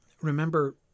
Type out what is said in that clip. Remember